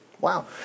Wow